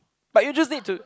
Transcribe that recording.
but you just need to